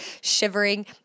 shivering